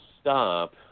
stop